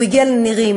והוא הגיע לנירים.